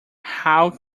how